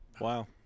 Wow